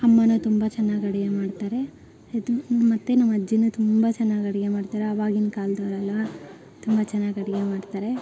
ಅಮ್ಮನೂ ತುಂಬ ಚೆನ್ನಾಗ್ ಅಡುಗೆ ಮಾಡ್ತಾರೆ ಇದು ಮತ್ತು ನಮ್ಮಜ್ಜಿನೂ ತುಂಬ ಚೆನ್ನಾಗ್ ಅಡುಗೆ ಮಾಡ್ತಾರೆ ಅವಾಗಿನ ಕಾಲದವ್ರಲ್ಲ ತುಂಬ ಚೆನ್ನಾಗ್ ಅಡುಗೆ ಮಾಡ್ತಾರೆ